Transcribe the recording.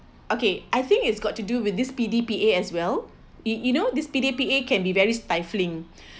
okay I think it's got to do with this P_D_P_A as well it you know this P_D_P_A can be very stifling